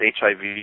HIV